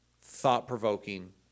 thought-provoking